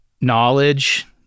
knowledge